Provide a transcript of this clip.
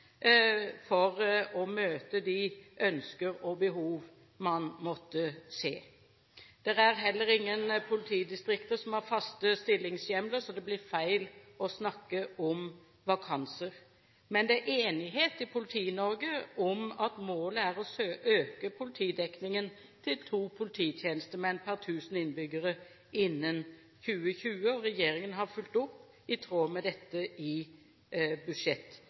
for å møte de ønsker og behov man måtte se. Det er heller ingen politidistrikter som har faste stillingshjemler, så det blir feil å snakke om vakanser. Men det er enighet i Politi-Norge om at målet er å øke politidekningen til to polititjenestemenn per tusen innbyggere innen 2020, og regjeringen har fulgt opp i tråd med dette i